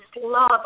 love